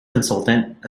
consultant